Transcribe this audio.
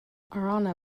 arana